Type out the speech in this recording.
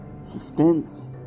Suspense